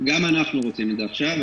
גם אנחנו רוצים את זה עכשיו.